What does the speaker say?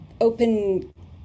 open